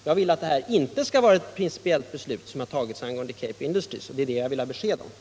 Jag vill att — i OECD:s kommitté avgörandet beträffande Cape Industries inte skall anses vara ett principiellt — för internationella